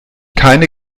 keine